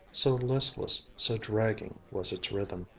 so listless, so dragging was its rhythm.